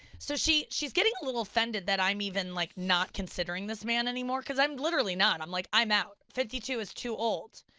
so she's she's getting a little offended that i'm even like not considering this man anymore, because i'm literally not, i'm like, i'm out, fifty two is too old.